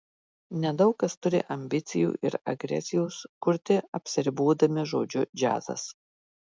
nedaug kas turi ambicijų ir agresijos kurti apsiribodami žodžiu džiazas